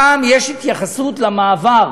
הפעם יש התייחסות למעבר